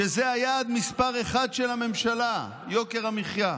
שזה היעד מספר אחת של הממשלה, יוקר המחיה,